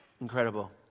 Incredible